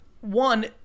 One